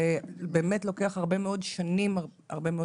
ובאמת לוקח הרבה מאוד שנים הרבה מאוד